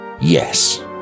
Yes